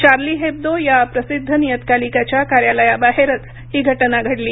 शार्ली Hebdo या प्रसिद्ध नियतकालिकाच्या कार्यालयाबाहेरच ही घटना घडली